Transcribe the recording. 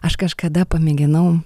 aš kažkada pamėginau